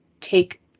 take